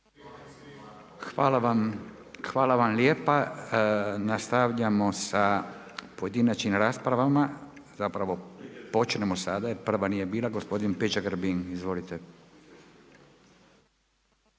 Hvala vam lijepa. Nastavljamo sa pojedinačnim raspravama, zapravo počinjemo sada, jer prva nije, gospodin Peđa Grbin. Izvolite.